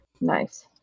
nice